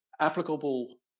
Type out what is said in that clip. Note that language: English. applicable